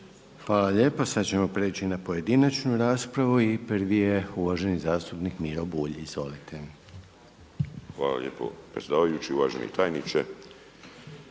Hvala lijepa. Sada ćemo prijeći na pojedinačnu raspravu. I prvi je uvaženi zastupnik Miro Bulj. Izvolite. **Bulj, Miro (MOST)** Hvala lijepo predsjedavajući, uvaženi tajniče.